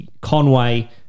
Conway